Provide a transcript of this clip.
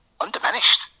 undiminished